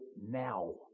now